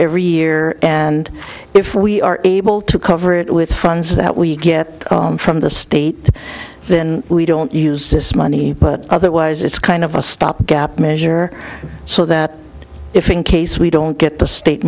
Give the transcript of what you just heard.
every year and if we are able to cover it with funds that we get from the state then we don't use this money but otherwise it's kind of a stopgap measure so that if in case we don't get the state